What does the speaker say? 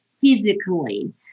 physically